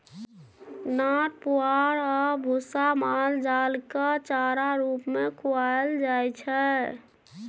नार पुआर आ भुस्सा माल जालकेँ चारा रुप मे खुआएल जाइ छै